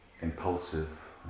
impulsive